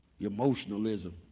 Emotionalism